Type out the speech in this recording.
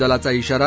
दलाचा इशारा